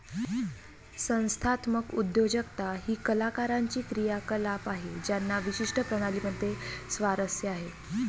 संस्थात्मक उद्योजकता ही कलाकारांची क्रियाकलाप आहे ज्यांना विशिष्ट प्रणाली मध्ये स्वारस्य आहे